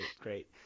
great